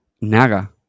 Naga